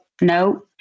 No